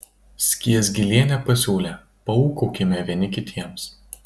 skiesgilienė pasiūlė paūkaukime vieni kitiems